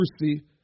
mercy